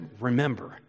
remember